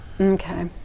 Okay